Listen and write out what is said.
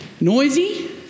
Noisy